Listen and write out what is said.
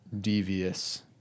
devious